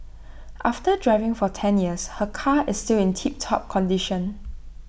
after driving for ten years her car is still in tiptop condition